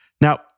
Now